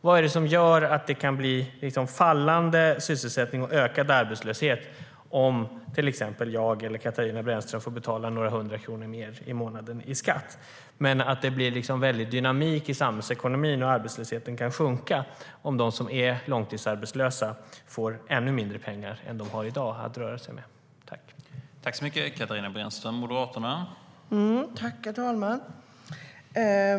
Vad är det som gör att det kan bli fallande sysselsättning och ökad arbetslöshet om till exempel jag eller Katarina Brännström får betala några hundra kronor mer i skatt men att det blir väldig dynamik i samhällsekonomin och arbetslösheten kan sjunka om de som är långtidsarbetslösa får ännu mindre pengar att röra sig med än de har i dag?